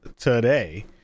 today